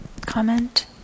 comment